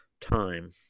time